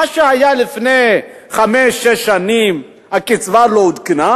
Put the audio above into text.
מה שהיה לפני חמש-שש שנים, הקצבה לא עודכנה,